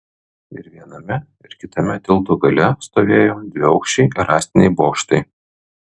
ir viename ir kitame tilto gale stovėjo dviaukščiai rąstiniai bokštai